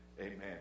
amen